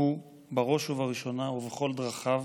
הוא בראש ובראשונה ובכל דרכיו